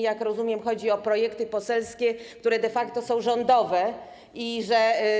Jak rozumiem, chodzi o projekty poselskie, które de facto są rządowe i że.